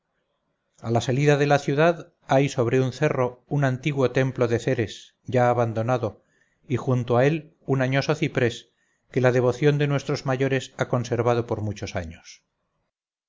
a la salida de la ciudad hay sobre un cerro un antiguo templo de ceres ya abandonado y junto a él un añoso ciprés que la devoción de nuestros mayores ha conservado por muchos años